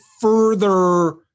further